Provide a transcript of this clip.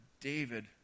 David